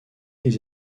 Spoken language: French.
des